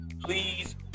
please